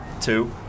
two